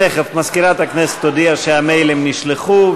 תכף מזכירת הכנסת תודיע שהמיילים נשלחו,